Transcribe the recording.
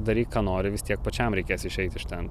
daryk ką nori vis tiek pačiam reikės išeit iš ten